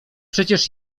przecież